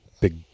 big